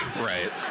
Right